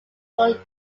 fuel